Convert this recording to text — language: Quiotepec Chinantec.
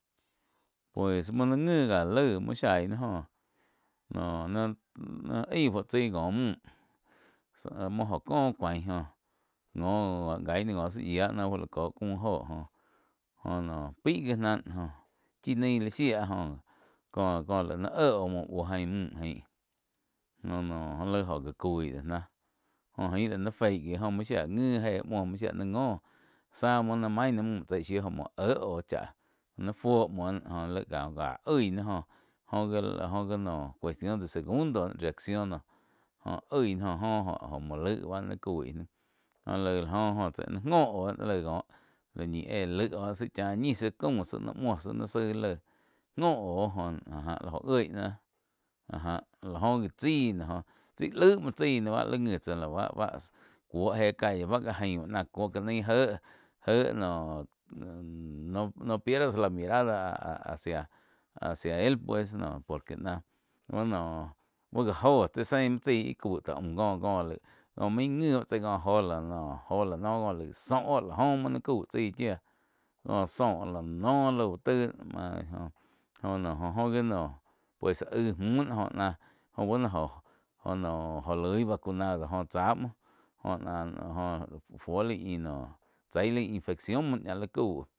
Pues muoh naig ngi ka laig mu ni zhai náh joh noh náh-náh aig fu chaig ko müh muoh oh kó cuain ngo gain ná koh záh yía noh fu laih cóh mü joh oh no pai gi náh joh chi naí li shía có-có laig ni éh oh muo buoh ain müh ain joh no laih oh gá coí do náh jóh jain la nai feí gi muo shía ngi éh muoh muoh shía ngo. Zah muoh naih main náh müh shiu jo muo éh oh cháh na fu muoh náh joh, jha-jha oih náh joh-joh gi noh cuestión de segundo reacciono joh oih ná jo oh noh ja muo laig ba nai coi náh jóh laih la joh tse nain ngo oh laig cóh dó ñi éh laih ohchá ñi tsi caum tsi muoh tsi noh zaig laih ngo óh jo áh-já oh ngui náh áh já la oh gui chái noh tsi íh laig muo chái noh báh li ngui tsáh báh-báh cuóh éh calle bá ja aiu cuo ká naih jéh noh no pierdas la mirada áh-áh hacia-hacia el pues por que náh noh bá ja óhh tsi se muo tsaí cau tá aum có-có laig có main nguin có joh la noh láh noh có laig zóh oh láh jo muo naih cau chái chía muo ni cau chái chía có zóh la noh lau taig madre jo noh jo gi pues aih müh joh náh buh noh joh noh jo loi vacunado joh chá muo jho náh joh jho chái fuo lai chaí lai infección ña li cau.